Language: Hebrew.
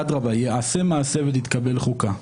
אדרבה, ייעשה מעשה ותתקבל חוקה.